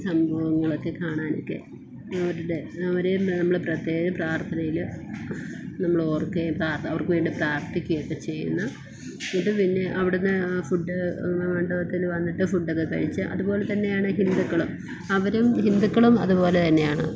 സംഭവങ്ങളൊക്കെ കാണാനൊക്കെ അവരുടെ അവരെയും നമ്മൾ പ്രത്യേക പ്രാർത്ഥനയിൽ നമ്മളോർക്കയും പ്രാ അവർക്ക് വേണ്ടി പ്രാർത്ഥിക്കയൊക്കെ ചെയ്യുന്ന ഇത് പിന്നെ അവിടന്ന് ആ ഫുഡ് മണ്ഡപത്തില് വന്നിട്ട് ഫുഡ് ഒക്കെ കഴിച്ച് അതുപോലെതന്നെയാണ് ഹിന്ദുക്കളും അവരും ഹിന്ദുക്കളും അതുപോലെതന്നെയാണ്